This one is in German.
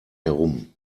herum